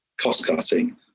cost-cutting